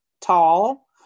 tall